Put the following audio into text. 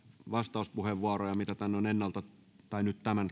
vastauspuheenvuoroja mitä on tämän